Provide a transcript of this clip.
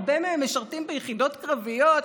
הרבה מהם משרתים ביחידות קרביות,